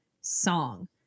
song